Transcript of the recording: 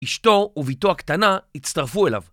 אשתו וביתו הקטנה הצטרפו אליו.